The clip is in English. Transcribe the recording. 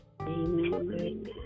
Amen